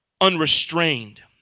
unrestrained